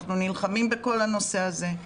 אנחנו נלחמים בכל הנושא הזה.